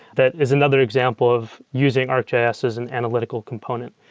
that is another example of using arcgis as an analytical component.